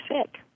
sick